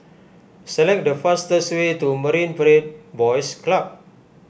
select the fastest way to Marine Parade Boys Club